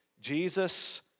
Jesus